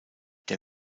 der